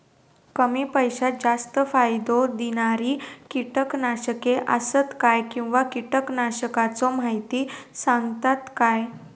कमी पैशात जास्त फायदो दिणारी किटकनाशके आसत काय किंवा कीटकनाशकाचो माहिती सांगतात काय?